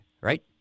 right